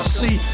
see